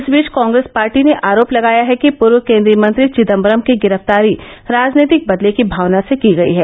इस बीच कांग्रेस पार्टी ने आरोप लगाया है कि पूर्व कोन्द्रीय मंत्री विदम्बरम की गिरफ्तारी राजनीतिक बदले की भावना से की गई है